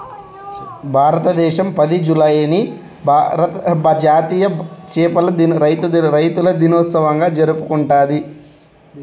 భారతదేశం పది, జూలైని జాతీయ చేపల రైతుల దినోత్సవంగా జరుపుకుంటాది